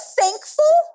thankful